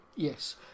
Yes